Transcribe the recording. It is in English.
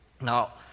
Now